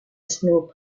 snoop